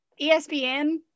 ESPN